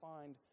find